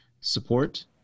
support